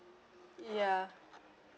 ya